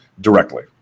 directly